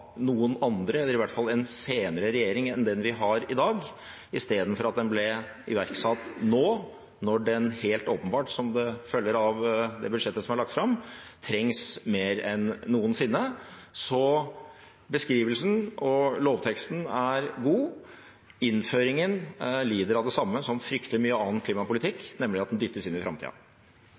noen andre, eller i hvert fall av en senere regjering enn den vi har i dag, istedenfor at den blir iverksatt nå, når den helt åpenbart, som det følger av det budsjettet som er lagt fram, trengs mer enn noensinne. Så beskrivelsen og lovteksten er god, men innføringen lider av det samme som fryktelig mye annen klimapolitikk, nemlig at den dyttes inn i framtida.